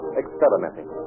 experimenting